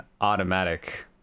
automatic